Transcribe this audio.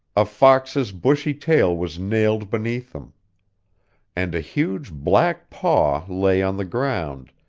a fox's bushy tail was nailed beneath them and a huge black paw lay on the ground,